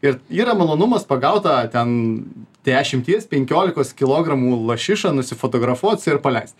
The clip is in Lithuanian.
ir yra malonumas pagaut tą ten dešimties penkiolikos kilogramų lašišą nusifotografuot su ja ir paleist